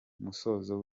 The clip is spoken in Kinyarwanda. musozo